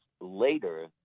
later